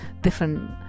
different